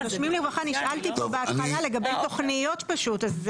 נשאלתי בהתחלה לגבי תוכניות פשוט.